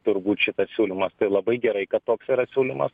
turbūt šitas siūlymas tai labai gerai kad toks yra siūlymas